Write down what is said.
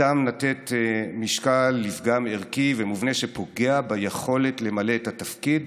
ניתן לתת משקל לפגם ערכי ומובנה שפוגע ביכולת למלא את התפקיד,